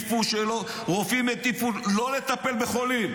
רופאים הטיפו לא לטפל בחולים